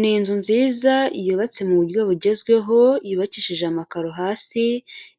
Ni inzu nziza yubatse mu buryo bugezweho, yubakishije amakaro hasi,